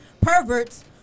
perverts